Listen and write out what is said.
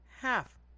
half